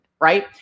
right